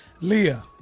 Leah